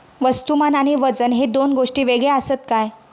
वस्तुमान आणि वजन हे दोन गोष्टी वेगळे आसत काय?